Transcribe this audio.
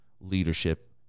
leadership